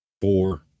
Four